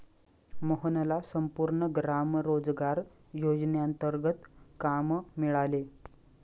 मोहनला संपूर्ण ग्राम रोजगार योजनेंतर्गत काम मिळाले